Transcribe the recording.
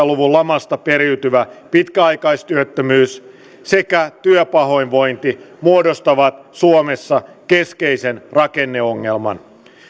luvun lamasta periytyvä pitkäaikaistyöttömyys sekä työpahoinvointi muodostavat suomessa keskeisen rakenneongelman